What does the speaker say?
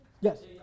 Yes